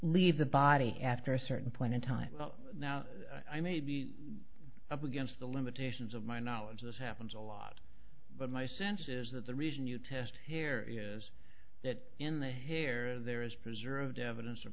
leave the body after a certain point in time now i may be up against the limitations of my knowledge that happens a lot but my sense is that the reason you test here is that in the here there is preserved evidence of